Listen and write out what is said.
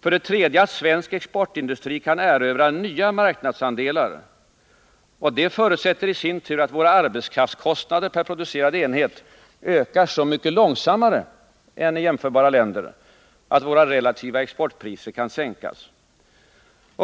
För det tredje krävs att svensk exportindustri kan erövra nya marknadsandelar, vilket i sin tur förutsätter att våra arbetskraftskostnader per producerad enhet ökar så mycket långsammare än i jämförbara länder att våra relativa exportpriser kan sänkas.